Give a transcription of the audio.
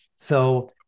So-